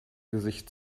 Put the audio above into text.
gesicht